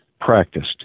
practiced